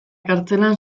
kartzelan